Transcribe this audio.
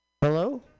Hello